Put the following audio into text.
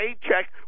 paycheck